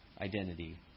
identity